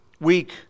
weak